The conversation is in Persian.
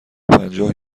پنجاه